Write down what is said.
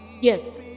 Yes